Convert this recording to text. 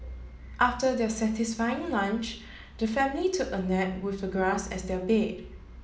after their satisfying lunch the family took a nap with the grass as their bed